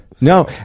no